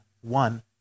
one